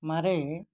हमारे